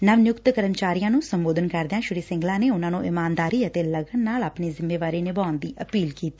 ਨਵ ਨਿਯੁਕਤ ਕਰਮਚਾਰੀਆਂ ਨੂੰ ਸੰਬੋਧਨ ਕਰਦਿਆਂ ਸ੍ਰੀ ਸਿੰਗਲਾ ਨੇ ਉਨੂਾਂ ਨੂੰ ਇਮਾਨਦਾਰੀ ਅਤੇ ਲਗਨ ਨਾਲ ਆਪਣੀ ਜਿੰਮੇਵਾਰੀ ਨਿਭਾਉਣ ਦੀ ਅਪੀਲ ਕੀਤੀ